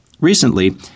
Recently